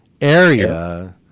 area